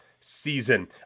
season